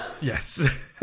Yes